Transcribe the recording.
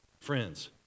friends